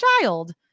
child